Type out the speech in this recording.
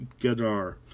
Gadar